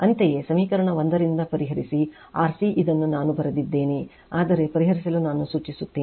ಅಂತೆಯೇ ಸಮೀಕರಣ 1 ರಿಂದ ಪರಿಹರಿಸಿ RC ಇದನ್ನು ನಾನು ಬರೆದಿದ್ದೇನೆ ಆದರೆ ಪರಿಹರಿಸಲು ನಾನು ಸೂಚಿಸುತ್ತೇನೆ